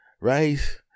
Right